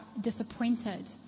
disappointed